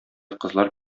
кызлар